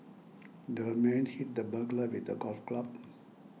the man hit the burglar with a golf club